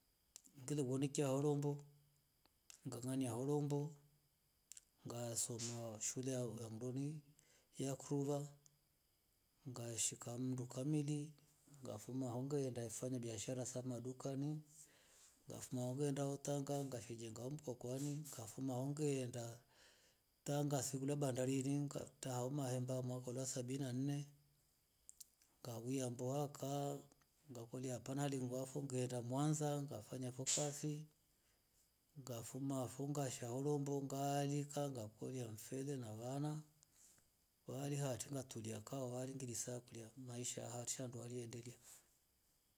Ngule wonikia kia horombo ngalonia ho rombo ngasoma shule yao ya mroni yakrula ngashika mndo kamili ngafuma hangai ngaenda fanya biashara za madukani ngafuma we enda hotanga ngafi jenga mkwakwani ngafuma hungeenda tanga sikule bandarir ka tahama hemba mwakola sabi na nne ngawuia mbwa ka ngakolia pana lingwafo ngeenda mwanaza ngafanya fo kazi ngafuma fungasha haurombo ngaalika ngakwelia mfiri na wana walia tuma tulikia wariingiri sa kulia maisha haa tushandu waliendele.